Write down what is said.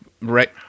right